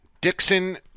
Dixon